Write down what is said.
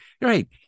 Right